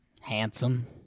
Handsome